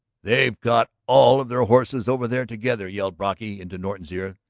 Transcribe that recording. they've got all of their horses over there together, yelled brocky into norton's ear.